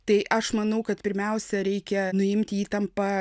tai aš manau kad pirmiausia reikia nuimti įtampą